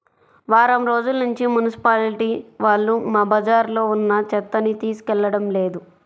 వారం రోజుల్నుంచి మున్సిపాలిటీ వాళ్ళు మా బజార్లో ఉన్న చెత్తని తీసుకెళ్లడం లేదు